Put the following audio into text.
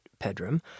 Pedram